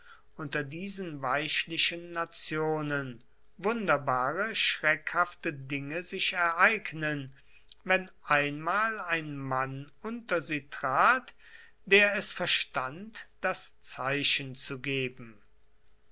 unter diesen weichlichen nationen wunderbare schreckhafte dinge sich ereignen wenn einmal ein mann unter sie trat der es verstand das zeichen zu geben